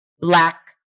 Black